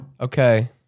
Okay